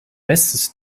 bestes